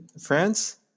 France